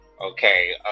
okay